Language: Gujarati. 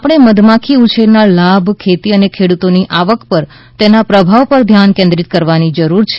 આપણે મધમાખી ઉછેરના લાભ ખેતી અને ખેડુતોની આવક પર તેના પ્રભાવ પર ધ્યાન કેન્દ્રીત કરવાની જરૂર છે